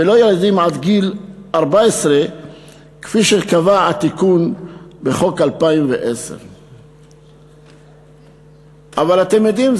ולא ילדים עד גיל 14 כפי שקבע התיקון בחוק 2010. אבל אתם יודעים,